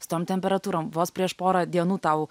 su tom temperatūrom vos prieš porą dienų tau